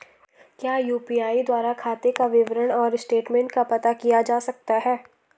क्या यु.पी.आई द्वारा खाते का विवरण और स्टेटमेंट का पता किया जा सकता है?